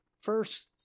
First